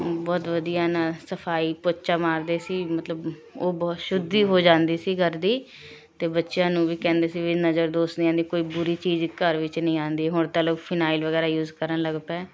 ਬਹੁਤ ਵਧੀਆ ਨਾਲ ਸਫਾਈ ਪੋਚਾ ਮਾਰਦੇ ਸੀ ਮਤਲਬ ਉਹ ਬਹੁਤ ਸ਼ੁੱਧੀ ਹੋ ਜਾਂਦੀ ਸੀ ਘਰ ਦੀ ਅਤੇ ਬੱਚਿਆਂ ਨੂੰ ਵੀ ਕਹਿੰਦੇ ਸੀ ਵੀ ਨਜ਼ਰ ਦੂਸਰਿਆਂ ਦੀ ਕੋਈ ਬੁਰੀ ਚੀਜ਼ ਘਰ ਵਿੱਚ ਨਹੀਂ ਆਉਂਦੀ ਹੁਣ ਤਾਂ ਲੋਕ ਫਿਨਾਇਲ ਵਗੈਰਾ ਯੂਜ਼ ਕਰਨ ਲੱਗ ਪਏ